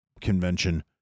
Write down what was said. Convention